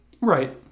Right